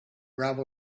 gravel